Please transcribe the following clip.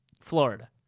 Florida